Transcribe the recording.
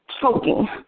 Choking